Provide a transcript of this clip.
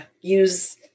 use